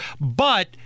but-